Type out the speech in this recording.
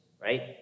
right